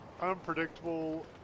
unpredictable